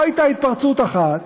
לא הייתה התפרצות אחת.